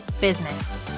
business